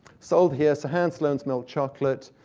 sold here, so hans sloane's milk chocolate,